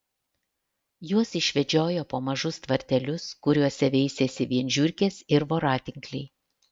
juos išvedžiojo po mažus tvartelius kuriuose veisėsi vien žiurkės ir voratinkliai